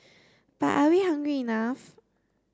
but are we hungry enough